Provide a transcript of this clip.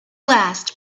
last